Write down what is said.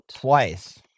Twice